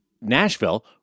Nashville